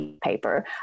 paper